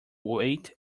wait